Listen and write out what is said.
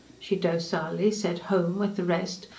she docilely said home with the rest,